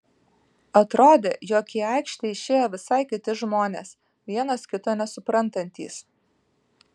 atrodė jog į aikštę išėjo visai kiti žmonės vienas kito nesuprantantys